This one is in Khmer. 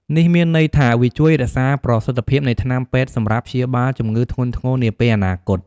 នេះមានន័យថា វាជួយរក្សាប្រសិទ្ធភាពនៃថ្នាំពេទ្យសម្រាប់ព្យាបាលជំងឺធ្ងន់ធ្ងរនាពេលអនាគត។